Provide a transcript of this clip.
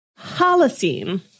Holocene